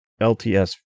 LTS